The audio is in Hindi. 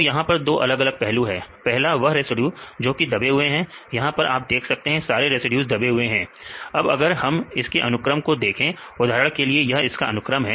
तो यहां पर दो अलग अलग पहलू है पहला वह रेसिड्यूज जोकि दबे हुए हैं यहां पर आप देख सकते हैं यह सारे रेसिड्यूज दबे हुए हैं अब अगर हम इसके अनुक्रम को देखें उदाहरण के लिए यह इसका अनुक्रम है